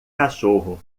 cachorro